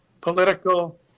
political